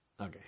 Okay